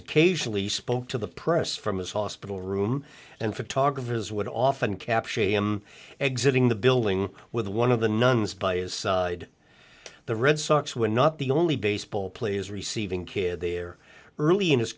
occasionally spoke to the press from his hospital room and photographers would often capture him exiting the building with one of the nuns by his side the red sox were not the only baseball players receiving kid there early in his